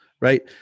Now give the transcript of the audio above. right